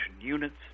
units